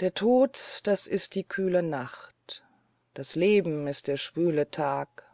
der tod das ist die kühle nacht das leben ist der schwüle tag